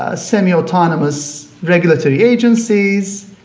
ah semiautonomous regulatory agencies,